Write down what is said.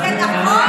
האם זה נכון?